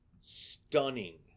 stunning